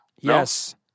Yes